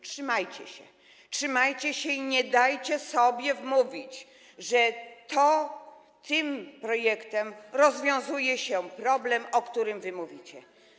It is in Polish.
Trzymajcie się, trzymajcie się i nie dajcie sobie wmówić, że tym projektem rozwiązuje się problem, o którym mówicie.